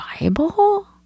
Bible